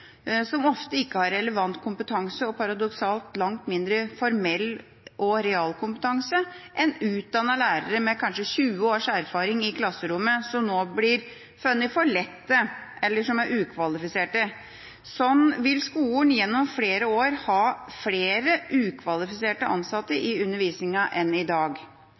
som ofte ikke har relevant kompetanse, og – paradoksalt nok – langt mindre formell kompetanse og realkompetanse enn utdannede lærere, med kanskje 20 års erfaring i klasserommet, som nå blir funnet for lette, eller som er ukvalifiserte. Slik vil skolen gjennom flere år ha flere ukvalifiserte ansatte i undervisninga enn i dag.